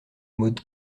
maud